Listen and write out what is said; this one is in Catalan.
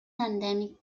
endèmic